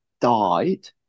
died